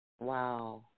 Wow